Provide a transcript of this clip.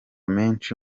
menshi